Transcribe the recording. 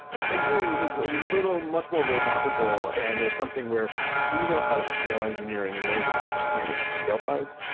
engineering is a little much more roadmapable and it's something where we know how to scale engineering in ways that you just can't even scale science.